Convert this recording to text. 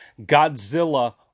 Godzilla